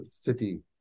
city